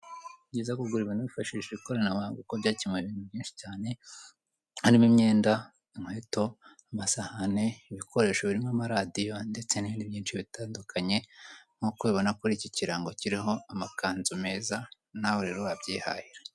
Ese waruziko ushobora kugira ubuzima bwiza ukoze siporo turabona umukobwa uri kucyapa urimo uramamaza yambaye imyenda ya siporo, yambaye n'ipantaro ya siporo n'inkweto za siporo, siporo ni nziza m'ubuzima ishobora gukomeza amagufwa yawe ishobora kumara umunaniro rwose wari ufite hanyuma ukaruka kandi ukaryama neza ukagira n'ubuzima bwiza